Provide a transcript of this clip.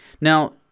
Now